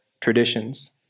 traditions